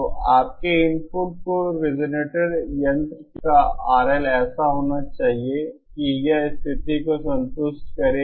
तो आपके इनपुट को रिजोनेटर यंत्र का RL ऐसा होना चाहिए कि यह स्थिति को संतुष्ट करे